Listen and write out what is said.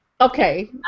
Okay